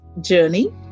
journey